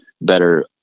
better